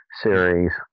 series